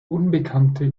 unbekannte